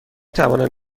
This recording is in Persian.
توانم